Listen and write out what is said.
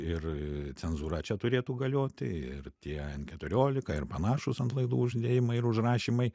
ir cenzūra čia turėtų galioti ir tie keturiolika ir panašūs ant laidų uždėjimai ir užrašymai